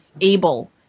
able